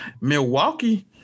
Milwaukee